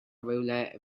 rywle